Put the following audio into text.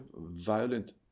violent